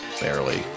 Barely